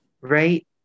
right